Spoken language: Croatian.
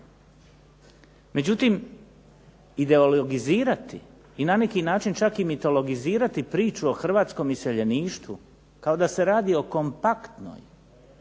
Međutim, idolizirati i na neki način čak i metilogizirati priču o hrvatskom iseljeništvu kao da se radi o kompaktnoj